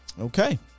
Okay